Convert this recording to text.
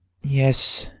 yes,